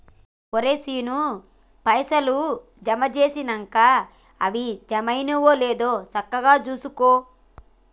ఒరే శీనూ, పైసలు జమ జేసినంక అవి జమైనయో లేదో సక్కగ జూసుకో